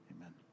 Amen